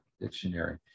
dictionary